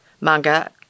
manga